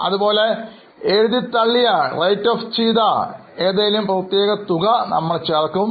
അതുപോലെ എഴുതിത്തള്ളിയ ഏതെങ്കിലും പ്രത്യേക തുക നമ്മൾ ചേർക്കും